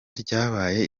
ryabaye